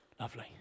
Lovely